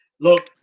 Look